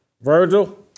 Virgil